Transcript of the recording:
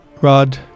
Rod